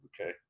Okay